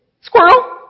Squirrel